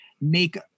make